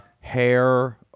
hair